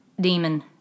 demon